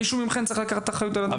מישהו מכם צריך לקחת אחריות על זה.